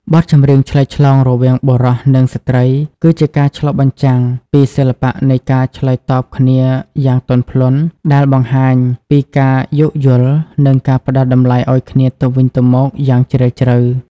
បទចម្រៀងឆ្លើយឆ្លង រវាងបុរសនិងស្រ្តី គឺជាការឆ្លុះបញ្ចាំងពីសិល្បៈនៃការឆ្លើយតបគ្នាយ៉ាងទន់ភ្លន់ ដែលបង្ហាញពីការយោគយល់ និងការផ្តល់តម្លៃឱ្យគ្នាទៅវិញទៅមកយ៉ាងជ្រាលជ្រៅ។